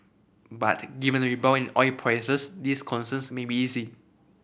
but given the rebound in oil prices these concerns may be easing